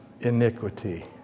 iniquity